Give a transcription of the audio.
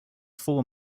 four